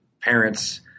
parents